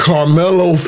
Carmelo